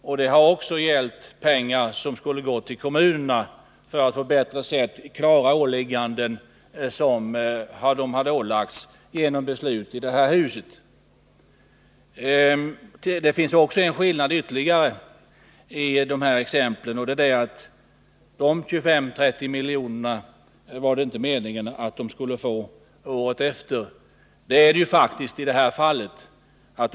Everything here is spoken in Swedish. Också då har det gällt pengar som skulle gå till kommunerna för att de skulle kunna klara uppgifter som ålagts dem genom beslut i detta hus. Det finns ytterligare en skillnad. Dessa 20-30 milj.kr. skulle kommunerna inte ha fått redan året efter. I detta fall är det ju faktiskt så.